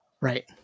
Right